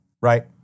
right